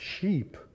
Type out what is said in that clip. sheep